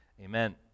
Amen